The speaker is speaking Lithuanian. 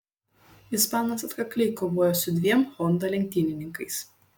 ispanas atkakliai kovojo su dviem honda lenktynininkais